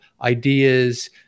ideas